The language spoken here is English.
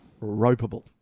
ropeable